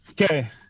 okay